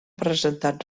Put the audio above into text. presentat